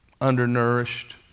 Undernourished